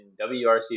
WRC+